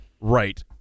Right